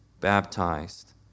baptized